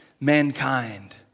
mankind